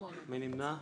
מי נמנע?